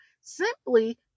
simply